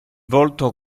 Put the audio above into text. volto